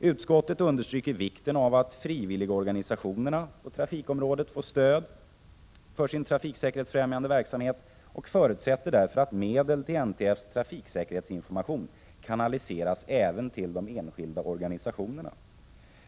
Utskottet understryker vikten av att frivilligorganisationerna på trafikområdet får stöd för sin trafiksäkerhetsfrämjande verksamhet och förutsätter därför att medel till NTF:s trafiksäkerhetsinformation kanaliseras även till de enskilda organisationerna.